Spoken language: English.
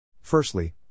Firstly